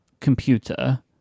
computer